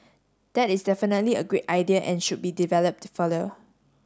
that is definitely a great idea and should be developed further